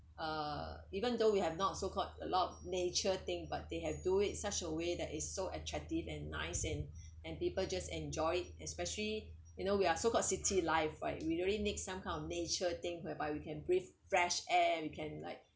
uh even though we have not so called a lot of nature thing but they have do in such a way that is so attractive and nice and and people just enjoy especially you know we are so called city life right we really need some kind of nature thing whereby we can breathe fresh air we can like